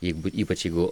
jeigu ypač jeigu